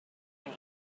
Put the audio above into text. rain